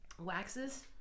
waxes